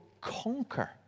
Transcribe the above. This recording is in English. conquer